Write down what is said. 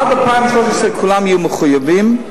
עד 2013 כולם יהיו מחויבים,